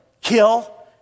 kill